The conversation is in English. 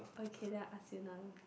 okay then I ask you now